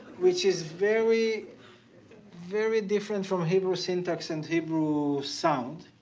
which is very very different from hebrew syntax and hebrew sound.